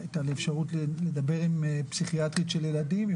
הייתה לי אפשרות לדבר עם פסיכיאטרית של ילדים והיא